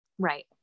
Right